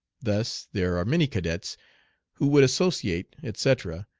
thus there are many cadets who would associate, etc,